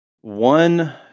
One